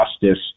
justice